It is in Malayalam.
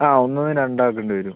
ആ ഒന്നിൽ നിന്ന് രണ്ട് ആക്കേണ്ടി വരും